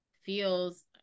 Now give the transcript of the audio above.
feels